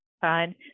fine